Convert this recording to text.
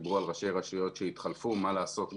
דיברו על ראשי רשויות שהתחלפו ומה לעשות,